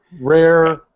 rare